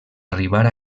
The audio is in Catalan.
arribar